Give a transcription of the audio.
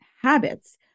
habits